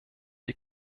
die